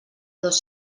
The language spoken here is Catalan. dos